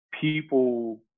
people